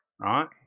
right